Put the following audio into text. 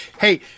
Hey